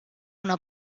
una